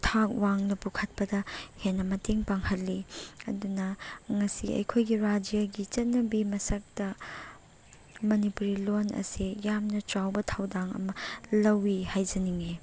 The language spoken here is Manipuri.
ꯊꯥꯛ ꯋꯥꯡꯅ ꯄꯨꯈꯠꯄꯗ ꯍꯦꯟꯅ ꯃꯇꯦꯡ ꯄꯥꯡꯍꯜꯂꯤ ꯑꯗꯨꯅ ꯉꯁꯤ ꯑꯩꯈꯣꯏꯒꯤ ꯔꯥꯏꯖ꯭ꯌꯥꯒꯤ ꯆꯠꯅꯕꯤ ꯃꯁꯛꯇ ꯃꯅꯤꯄꯨꯔꯤ ꯂꯣꯟ ꯑꯁꯤ ꯌꯥꯝꯅ ꯆꯥꯎꯕ ꯊꯧꯗꯥꯡ ꯑꯃ ꯂꯧꯏ ꯍꯥꯏꯖꯅꯤꯡꯉꯤ